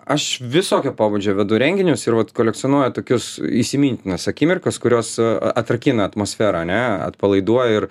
aš visokio pobūdžio vedu renginius ir vat kolekcionuoju tokius įsimintinas akimirkas kurios atrakina atmosferą ane atpalaiduoja ir